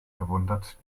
verwundert